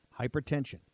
Hypertension